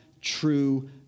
true